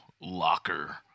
Locker